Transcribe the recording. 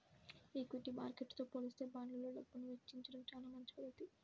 equity మార్కెట్టుతో పోలిత్తే బాండ్లల్లో డబ్బుని వెచ్చించడం చానా మంచి పధ్ధతి